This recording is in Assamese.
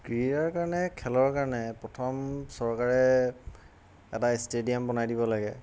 ক্ৰীড়াৰ কাৰণে খেলৰ কাৰণে প্ৰথম চৰকাৰে এটা ষ্টেডিয়াম বনাই দিব লাগে